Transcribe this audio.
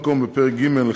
2014,